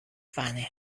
vane